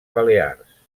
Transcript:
balears